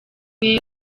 uri